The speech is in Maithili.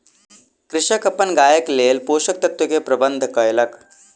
कृषक अपन गायक लेल पोषक तत्व के प्रबंध कयलक